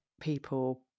people